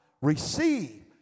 receive